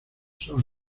son